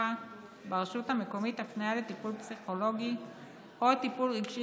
הרווחה ברשות המקומית הפניה לטיפול פסיכולוגי או לטיפול רגשי